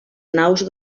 naus